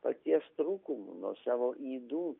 paties trūkumų nuo savo ydų